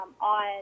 on